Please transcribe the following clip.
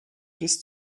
bis